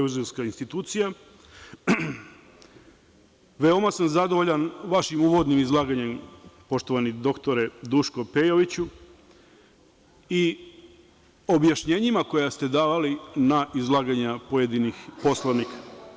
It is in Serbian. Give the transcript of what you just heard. Veoma sam zadovoljan vašim uvodnim izlaganjem, poštovani doktore Duško Pejoviću i objašnjenjima koja ste davali na izlaganja pojedinih poslanika.